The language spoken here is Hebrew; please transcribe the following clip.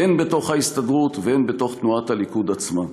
הן בתוך ההסתדרות והן בתוך תנועת הליכוד עצמה.